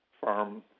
farm